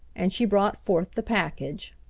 and she brought forth the package.